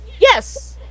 Yes